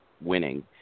winning